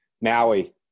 Maui